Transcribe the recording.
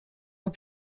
ont